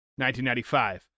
1995